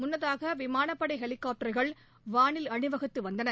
முன்னதாக விமானப்படை ஹெலினாப்டர்கள் வானில் அணிவகுத்து வந்தன